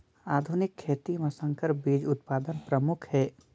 आधुनिक खेती म संकर बीज उत्पादन प्रमुख हे